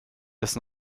ist